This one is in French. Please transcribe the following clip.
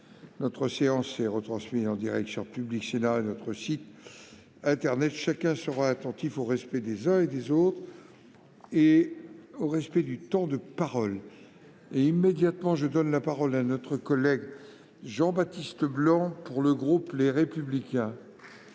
Notre séance est retransmise en direct sur Public Sénat et sur notre site internet. Chacun sera attentif au respect des uns et des autres et au respect du temps de parole. La parole est à M. Jean-Baptiste Blanc, pour le groupe Les Républicains.